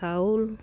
চাউল